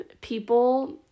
people